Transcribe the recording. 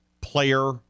player